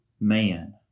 man